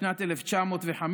בשנת 1905,